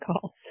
calls